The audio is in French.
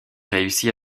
réussit